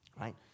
right